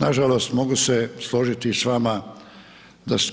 Nažalost mogu se složiti s vama